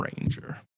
ranger